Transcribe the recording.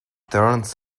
turns